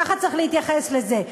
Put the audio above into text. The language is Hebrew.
כך צריך להתייחס לזה.